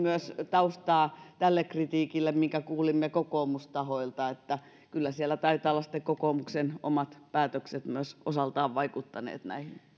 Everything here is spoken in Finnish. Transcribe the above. taustaa myös tälle kritiikille minkä kuulimme kokoomustahoilta että kyllä siellä taitavat olla kokoomuksen omat päätökset myös osaltaan vaikuttamassa näihin